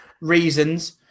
reasons